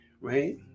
right